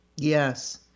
Yes